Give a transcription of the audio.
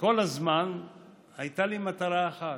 וכל הזמן הייתה לי מטרה אחת,